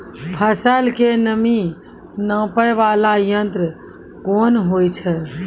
फसल के नमी नापैय वाला यंत्र कोन होय छै